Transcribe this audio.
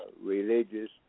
religious